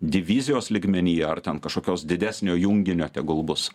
divizijos lygmenyje ar ten kažkokios didesnio junginio tegul bus